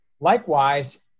Likewise